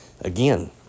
Again